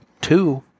two